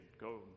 Go